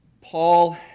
Paul